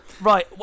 Right